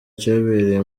cyabereye